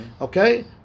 Okay